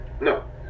No